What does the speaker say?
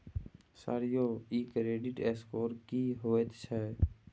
Sir यौ इ credit score की होयत छै?